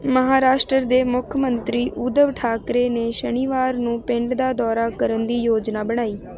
ਮਹਾਰਾਸ਼ਟਰ ਦੇ ਮੁੱਖ ਮੰਤਰੀ ਊਧਵ ਠਾਕਰੇ ਨੇ ਸ਼ਨੀਵਾਰ ਨੂੰ ਪਿੰਡ ਦਾ ਦੌਰਾ ਕਰਨ ਦੀ ਯੋਜਨਾ ਬਣਾਈ